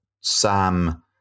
Sam